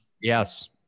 Yes